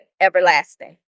everlasting